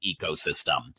ecosystem